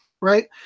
right